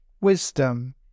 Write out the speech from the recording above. Wisdom